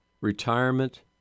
retirement